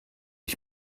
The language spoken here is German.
ich